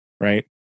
right